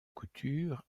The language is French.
couture